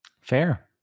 Fair